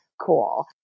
cool